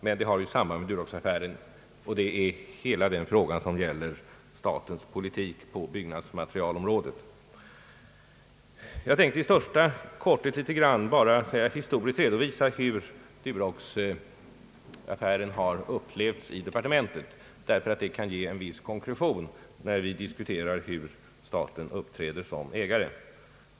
Detta har samband med Duroxaffären, och det gäller hela frågan om statens politik på byggnadsmaterielområdet. Jag tänkte i största korthet ge en historisk redovisning av hur Duroxaffären har upplevts i departementet, därför att det kan ge en viss konkretion åt diskussionen om hur staten skall uppträda som ägare.